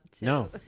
No